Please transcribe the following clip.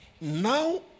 now